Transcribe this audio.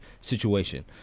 situation